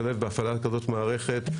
לדייק.